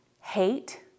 hate